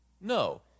No